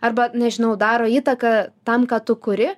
arba nežinau daro įtaką tam ką tu kuri